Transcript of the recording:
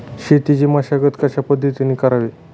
शेतीची मशागत कशापद्धतीने करावी?